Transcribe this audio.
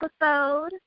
episode